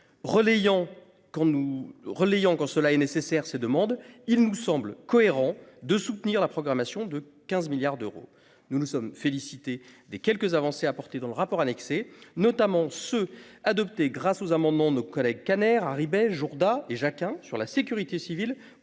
relayant quand cela est nécessaire. Ces demandes. Il nous semble cohérent de soutenir la programmation de 15 milliards d'euros. Nous nous sommes félicités des quelques avancées apportées dans le rapport annexé notamment ceux adoptés grâce aux amendements nos collègues. Harribey Jourda et Jacques sur la sécurité civile